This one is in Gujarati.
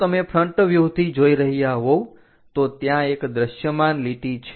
જો તમે ફ્રન્ટ વ્યૂહથી જોઈ રહ્યા હોવ તો ત્યાં એક દશ્યમાન લીટી છે